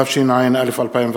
התשע"א 2011,